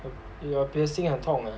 your piercing 很痛啊